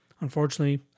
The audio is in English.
Unfortunately